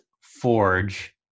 Forge